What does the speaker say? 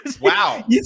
Wow